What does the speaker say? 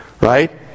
right